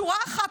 שורה אחת,